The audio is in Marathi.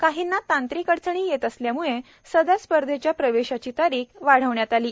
काहींना तांत्रिक अडचणी येत असल्याम्ळे सदर स्पर्धेच्या प्रवेशाची तारीख वाढविण्यात आली आहे